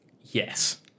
Yes